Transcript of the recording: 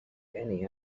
many